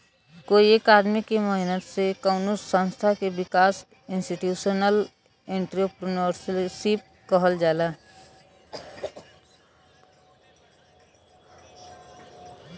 कोई एक आदमी क मेहनत से कउनो संस्था क विकास के इंस्टीटूशनल एंट्रेपर्नुरशिप कहल जाला